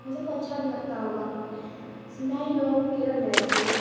وہ سب کو اچھا بھی لگتا ہوگا سندھی لوگ کیرل میں رہتے ہیں